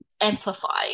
amplify